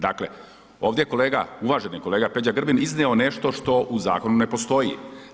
Dakle, ovdje je kolega, uvaženi kolega Peđa Grbin iznio nešto što u zakonu ne postoji.